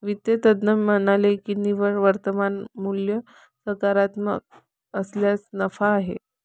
वित्त तज्ज्ञ म्हणाले की निव्वळ वर्तमान मूल्य सकारात्मक असल्यास नफा आहे